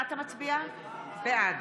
בעד